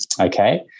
okay